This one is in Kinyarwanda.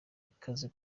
ikaze